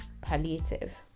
palliative